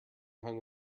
hung